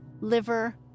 liver